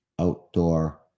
outdoor